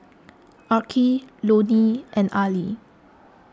Arkie Lonny and Ali